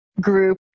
group